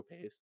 pace